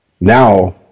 Now